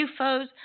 UFOs